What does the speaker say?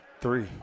Three